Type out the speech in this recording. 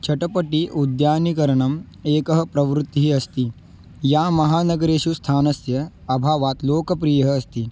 चटपटि उद्यानिकरणम् एका प्रवृत्तिः अस्ति या महानगरेषु स्थानस्य अभावात् लोकप्रियः अस्ति